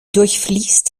durchfließt